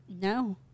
No